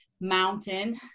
mountain